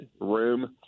room